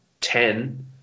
ten